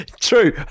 True